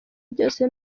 byose